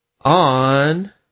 on